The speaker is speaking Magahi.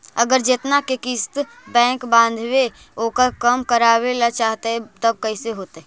अगर जेतना के किस्त बैक बाँधबे ओकर कम करावे ल चाहबै तब कैसे होतै?